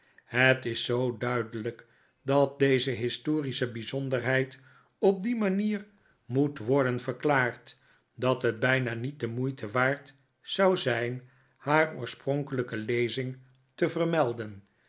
het is zoo duidelijk dat deze historische bijzonderheid op die manier moet worden verklaard dat het bijna niet de moeite waard zou zijn haar oorspronkelijke lezing te yermelden